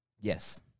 yes